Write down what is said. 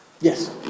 Yes